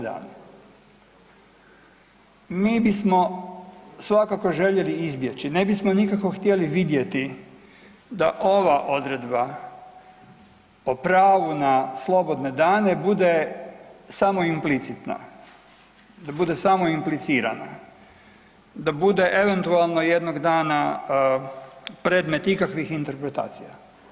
Mi bismo svakako željeli izbjeći, ne bismo nikako htjeli vidjeti da ova odredba o pravu na slobodne dana bude samo implicitna, da bude samo implicirana, da bude eventualno jednog dana predmet ikakvih interpretacija.